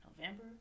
November